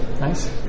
Nice